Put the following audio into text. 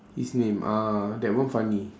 his name ah that one funny